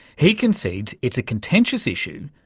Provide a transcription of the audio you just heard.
he concedes it's a contentious issue,